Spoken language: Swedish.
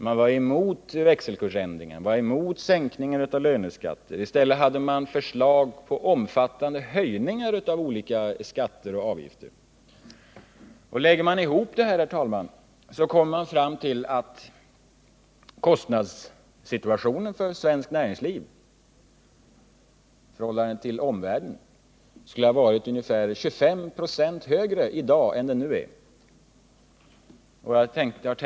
Man var emot växelkvrsändringen, man var emot sänkningen av löneskatter. I stället hade man förslag på omfattande höjningar av olika skatter och avgifter. Lägger man ihop detta, herr talman, kommer man fram till att kostnadsläget för svenskt näringsliv i förhållande till omvärlden skulle ha varit ungefär 25 26 högre i dag än det nu är.